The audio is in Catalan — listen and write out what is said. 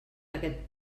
aquest